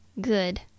good